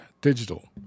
digital